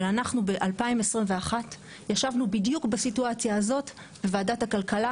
אבל אנחנו ב-2021 ישבנו בדיוק בסיטואציה הזאת בוועדת הכלכלה,